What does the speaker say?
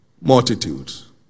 multitudes